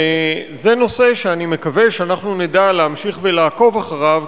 וזה נושא שאני מקווה שאנחנו נדע להמשיך ולעקוב אחריו